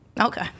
Okay